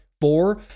Four